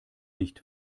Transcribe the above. nicht